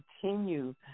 continue